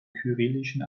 kyrillischen